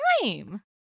time